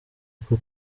uko